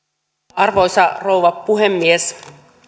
arvoisa rouva puhemies